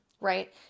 right